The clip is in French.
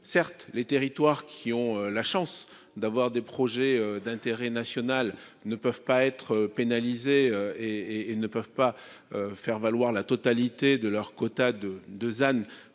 certes les territoires qui ont la chance d'avoir des projets d'intérêt national, ne peuvent pas être pénalisés et, et ne peuvent pas. Faire valoir la totalité de leurs quotas de 2